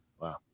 Wow